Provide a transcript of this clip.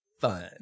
fun